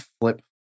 flip